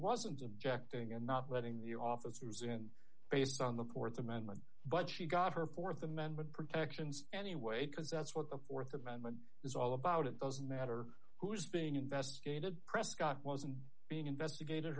wasn't objecting and not letting the officers in based on the court's amendment but she got her th amendment protections anyway because that's what the th amendment is all about it doesn't matter who's being investigated prescott wasn't being investigated